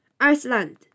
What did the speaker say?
Iceland